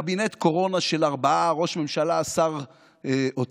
קבינט קורונה של ארבעה, ראש ממשלה, שר אוצר,